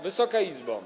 Wysoka Izbo!